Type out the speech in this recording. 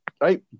right